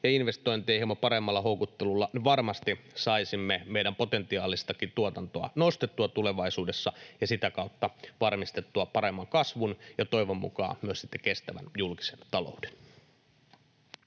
investointien hieman paremmalla houkuttelulla — varmasti saisimme meidän potentiaalistakin tuotantoa nostettua tulevaisuudessa ja sitä kautta varmistettua paremman kasvun ja toivon mukaan myös sitten kestävän julkisen talouden.